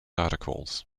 articles